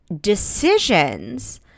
decisions